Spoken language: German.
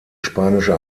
spanische